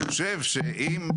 אני חושב שאם,